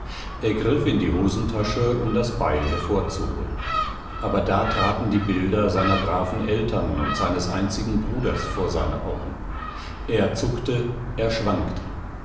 er griff die hosentasche um das beil hervorzuholen aber da traten die bilder seiner braven eltern und seines einzigen bruders vor seine augen er zuckte er schwankte